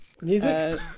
Music